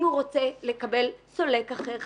אם הוא רוצה לקבל סולק אחר,